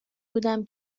بودم